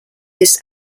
this